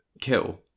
kill